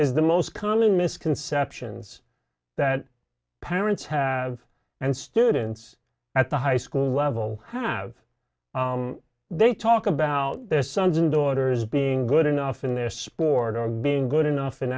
is the most common misconceptions that parents have and students at the high school level have they talk about their sons and daughters being good enough in their sport or being good enough in